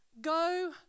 Go